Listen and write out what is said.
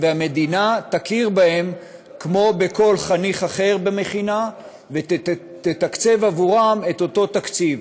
והמדינה תכיר בהם כמו בכל חניך אחר במכינה ותקצה עבורם את אותו תקציב.